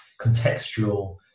contextual